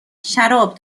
شراب